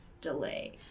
delay